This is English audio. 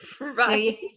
right